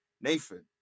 Nathan